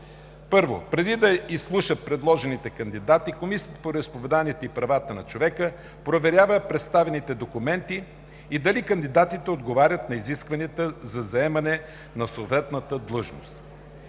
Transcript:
1. Преди да изслуша предложените кандидати Комисията по вероизповеданията и правата на човека проверява представените документи и дали кандидатите отговарят на изискванията за заемане на съответната длъжност.